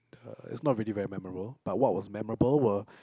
uh it's not really very memorable but what was memorable were